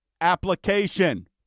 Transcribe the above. application